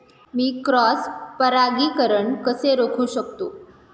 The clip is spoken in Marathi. मी क्रॉस परागीकरण कसे रोखू शकतो?